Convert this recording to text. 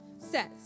says